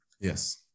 Yes